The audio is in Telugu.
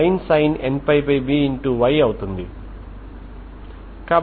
sin nπby అవుతుంది